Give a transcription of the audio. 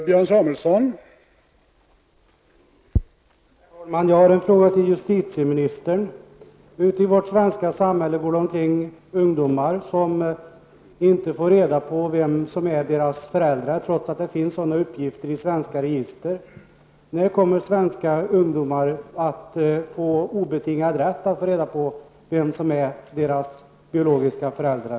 Herr talman! Jag har en fråga till justitieministern. Vi har i vårt svenska samhälle ungdomar som inte får reda på vem som är deras förälder, trots att det finns sådana uppgifter i svenska register. När kommer svenska ungdomar att få obetingad rätt att veta vem som är deras biologiska förälder?